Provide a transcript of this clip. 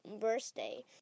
birthday